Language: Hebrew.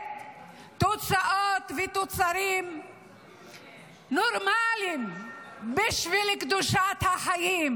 תוצאות ותוצרים נורמליים בשביל קדושת החיים.